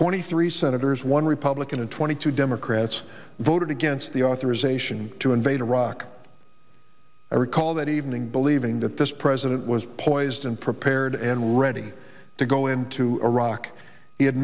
twenty three senators one republican and twenty two democrats voted against the authorization to invade iraq i recall that evening believing that this president was poised and prepared and ready to go into iraq